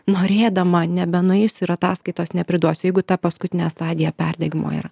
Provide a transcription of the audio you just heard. norėdama nebenueisiu ir ataskaitos nepriduosiu jeigu ta paskutinė stadija perdegimo yra